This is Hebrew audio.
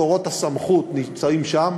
מקורות הסמכות נמצאים שם,